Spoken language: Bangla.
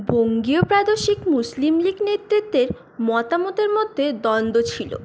বঙ্গীয় প্রাদেশিক মুসলিম লীগ নেতৃত্বের মতামতের মধ্যে দ্বন্দ্ব ছিলো